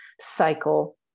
cycle